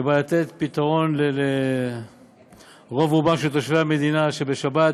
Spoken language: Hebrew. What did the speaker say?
שבא לתת פתרון לרוב רובם של תושבי המדינה, שבשבת